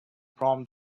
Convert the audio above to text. from